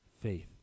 faith